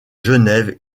genève